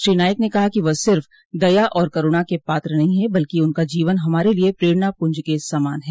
श्री नाईक ने कहा कि वह सिर्फ दया और करूणा के पात्र नहीं है बल्कि उनका जीवन हमारे लिए प्रेरणा पूंज के समान है